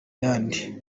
iyande